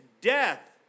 death